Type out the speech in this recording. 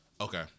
Okay